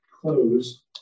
close